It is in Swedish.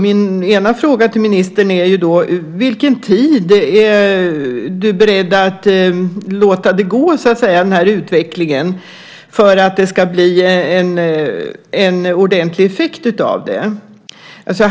Min ena fråga till ministern är då: Vilken tid är du beredd att låta den här utvecklingen ta för att det ska bli en ordentlig effekt av detta?